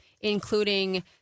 including